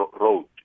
road